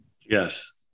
Yes